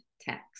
text